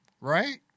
right